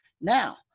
Now